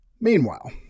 Meanwhile